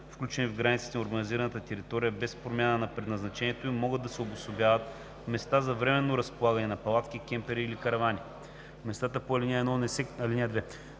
включени в границите на урбанизирани територии, без промяна на предназначението им могат да се обособяват места за временно разполагане на палатки, кемпери или каравани. (2) Местата по ал. 1 не се